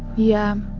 yeah.